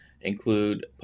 include